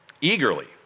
eagerly